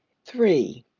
three.